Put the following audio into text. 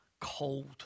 cold